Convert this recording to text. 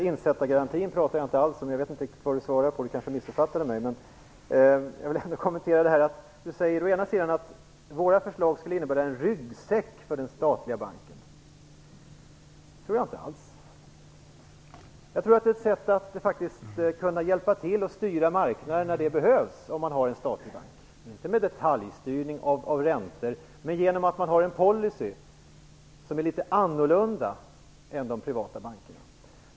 Herr talman! Jag talade inte alls om insättargarantin. Jag vet inte riktigt vad Sylvia Lindgren svarade på. Hon kanske missuppfattade mig. Sylvia Lindgren sade att våra förslag skulle innebära en ryggsäck för den statliga banken. Det tror jag inte alls. Jag tror att det kunde vara ett sätt att hjälpa till att styra marknaden när det behövs, om man hade en statlig bank, inte med detaljstyrning av räntor men genom att banken har en policy som är litet annorlunda än de privata bankernas.